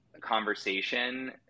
conversation